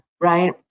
Right